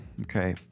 Okay